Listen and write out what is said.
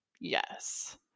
Yes